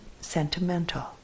sentimental